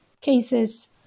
cases